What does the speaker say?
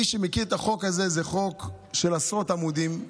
מי שמכיר את החוק הזה, זה חוק של עשרות עמודים,